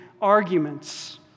arguments